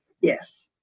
Yes